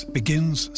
begins